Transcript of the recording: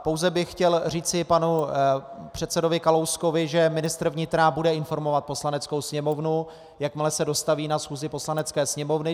Pouze bych chtěl říci panu předsedovi Kalouskovi, že ministr vnitra bude informovat Poslaneckou sněmovnu, jakmile se dostaví na schůzi Poslanecké sněmovny.